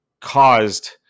caused